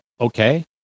Okay